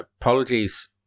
apologies